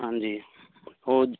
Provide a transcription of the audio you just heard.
ਹਾਂਜੀ ਉਹ